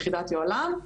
יחידת היוהל"מ.